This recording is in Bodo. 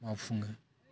मावफुङो